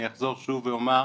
אני אחזור שוב ואומר,